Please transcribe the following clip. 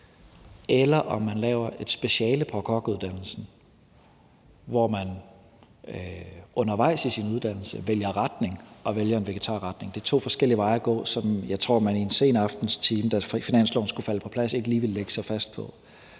– og at lave et speciale på kokkeuddannelsen, hvor man undervejs i sin uddannelse vælger retning og vælger en vegetarretning. Det er to forskellige veje at gå, som jeg tror man en sen aftentime, da finansloven skulle falde på plads, ikke lige ville lægge sig fast på.